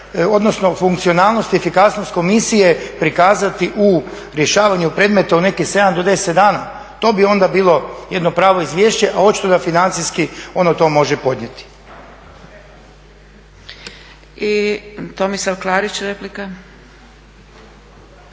odnosno funkcionalnost i efikasnost Komisije prikazati u rješavanju predmeta u nekih 7 do 10 dana. To bi onda bilo jedno pravo izvješće, a očito da financijski ono to može podnijeti. **Zgrebec, Dragica